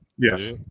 Yes